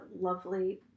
lovely